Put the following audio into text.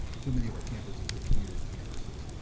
so many of our campuses are commuter campuses.